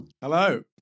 Hello